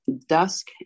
dusk